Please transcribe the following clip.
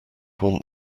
want